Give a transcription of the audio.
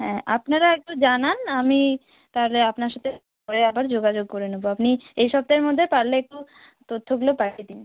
হ্যাঁ আপনারা একটু জানান আমি তালে আপনার সাতে পরে আবার যোগাযোগ করে নেবো আপনি এই সপ্তাহের মধ্যে পারলে একটু তথ্যগুলো পাঠিয়ে দিন